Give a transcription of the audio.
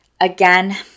Again